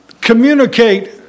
communicate